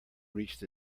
reached